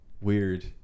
Weird